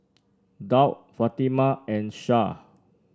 Daud Fatimah and Shah